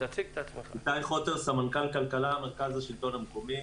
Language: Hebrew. איתי חוטר, סמנכ"ל כלכלה במרכז השלטון המקומי.